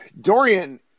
Dorian